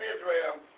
Israel